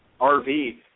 RV